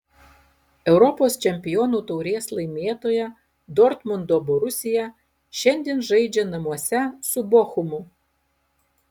europos čempionų taurės laimėtoja dortmundo borusija šiandien žaidžia namuose su bochumu